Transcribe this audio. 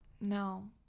no